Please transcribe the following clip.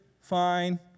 fine